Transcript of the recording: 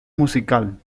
musical